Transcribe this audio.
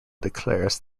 declares